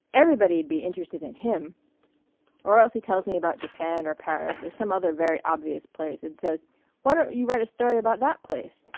everybody'd be interested in him or else he tells me about japan or paris, or some other very obvious place, and says why don't you write a story about that place?